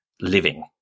living